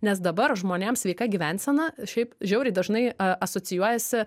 nes dabar žmonėms sveika gyvensena šiaip žiauriai dažnai a asocijuojasi